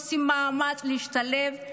עושים מאמץ להשתלב,